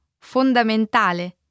fondamentale